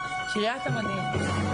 קריית המודיעין.